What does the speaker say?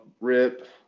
rip